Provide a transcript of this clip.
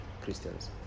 Christians